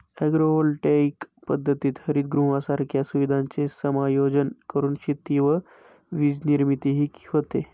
agrovoltaic पद्धतीत हरितगृहांसारख्या सुविधांचे समायोजन करून शेती व वीजनिर्मितीही होते